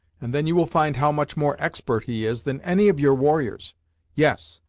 and then you will find how much more expert he is than any of your warriors yes,